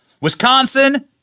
Wisconsin